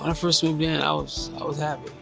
um first moved in, i was i was happy,